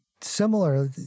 similar